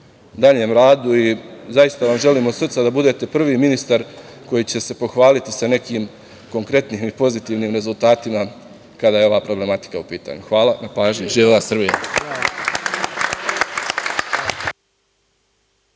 daljem radu i zaista vam želim od srca da budete prvi ministar koji će se pohvaliti sa nekim konkretnim i pozitivnim rezultatima kada je ova problematika u pitanju. Hvala na pažnji. Živela Srbija!